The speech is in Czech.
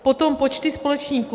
Potom počty společníků.